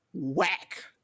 whack